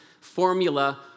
formula